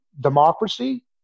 democracy